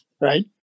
Right